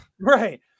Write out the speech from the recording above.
Right